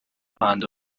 ruhando